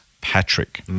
Patrick